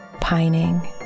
pining